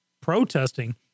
protesting